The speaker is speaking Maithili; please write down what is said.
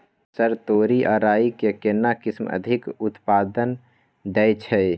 सर तोरी आ राई के केना किस्म अधिक उत्पादन दैय छैय?